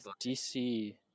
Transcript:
DC